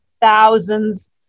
thousands